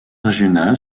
régional